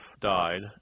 died